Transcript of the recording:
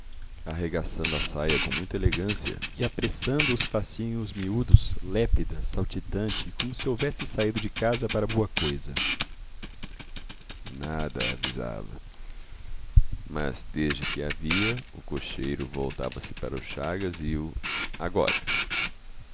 arregaçando a saia com muita elegância e apressando os passinhos miúdos lépida saltitante como se houvesse saído de casa para boa coisa nada avisava mas desde que a via o cocheiro voltava-se para o chagas e o agora